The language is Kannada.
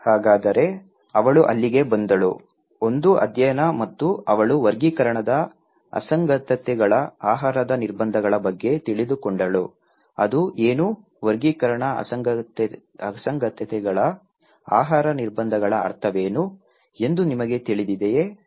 ಹಾಗಾದರೆ ಅವಳು ಅಲ್ಲಿಗೆ ಬಂದಳು ಒಂದು ಅಧ್ಯಯನ ಮತ್ತು ಅವಳು ವರ್ಗೀಕರಣದ ಅಸಂಗತತೆಗಳ ಆಹಾರದ ನಿರ್ಬಂಧಗಳ ಬಗ್ಗೆ ತಿಳಿದುಕೊಂಡಳು ಅದು ಏನು ವರ್ಗೀಕರಣ ಅಸಂಗತತೆಗಳ ಆಹಾರ ನಿರ್ಬಂಧಗಳ ಅರ್ಥವೇನು ಎಂದು ನಿಮಗೆ ತಿಳಿದಿದೆಯೇ